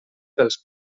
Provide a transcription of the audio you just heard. pels